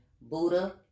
Buddha